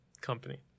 company